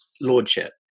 lordship